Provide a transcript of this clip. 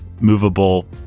movable